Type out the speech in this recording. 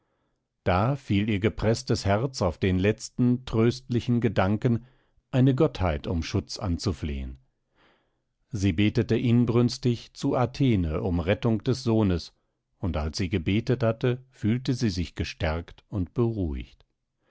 da fiel ihr gepreßtes herz auf den letzten tröstlichen gedanken eine gottheit um schutz anzuflehen sie betete inbrünstig zu athene um rettung des sohnes und als sie gebetet hatte fühlte sie sich gestärkt und beruhigt